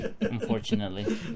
unfortunately